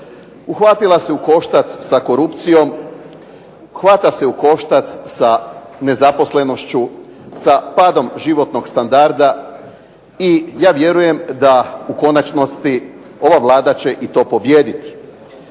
Uhvatila se u koštac sa korupcijom, hvata se u koštac sa nezaposlenošću, sa padom životnog standarda i ja vjerujem da u konačnosti ova Vlada će to i pobijediti.